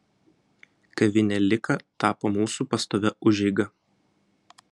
kavinė lika tapo mūsų pastovia užeiga